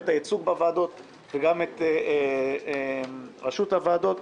את הייצוג בוועדות וגם את ראשות הוועדות.